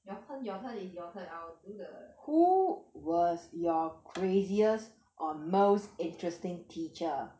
your turn your turn is your turn I will do the next